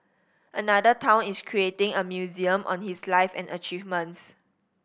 another town is creating a museum on his life and achievements